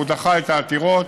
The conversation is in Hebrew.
הוא דחה את העתירות,